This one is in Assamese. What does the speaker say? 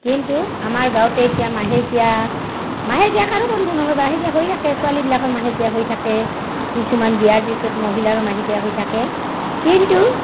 কিন্তু আমাৰ গাঁৱতে এতিয়া মাহেকীয়া মাহেকীয়া কাৰো বন্ধ নহয় বা মাহেকীয়া হৈয়ে থাকে ছোৱালীবিলাকৰ মাহেকীয়া হৈ থাকে কিছুমান বিয়াৰ পিছত মহিলাৰো মাহেকীয়া হৈ থাকে কিন্তু